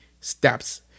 steps